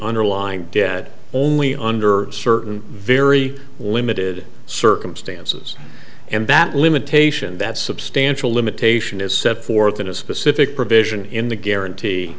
underlying debt only under certain very limited circumstances and that limitation that substantial limitation is set forth in a specific provision in the guarantee